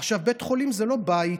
עכשיו, בית חולים זה לא בית,